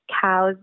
cows